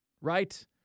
right